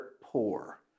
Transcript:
poor